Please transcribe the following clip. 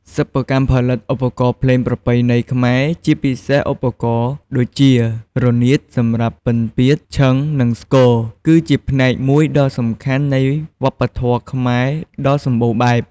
សិប្បកម្មផលិតឧបករណ៍ភ្លេងប្រពៃណីខ្មែរ ជាពិសេសឧបករណ៍ដូចជា រនាតសម្រាប់ ពិណពាទ្យ, ឈិងនិង ស្គរ គឺជាផ្នែកមួយដ៏សំខាន់នៃវប្បធម៌ខ្មែរដ៏សម្បូរបែប។